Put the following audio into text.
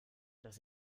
dass